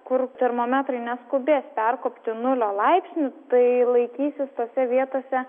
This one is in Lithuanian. kur termometrai neskubės perkopti nulio laipsnių tai laikysis tose vietose